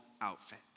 outfit